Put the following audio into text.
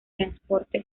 transporte